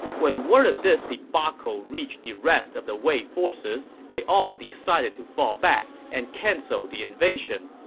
when word of this debacle reached the rest of the wei forces, they all decided to fall back and cancel the invasion.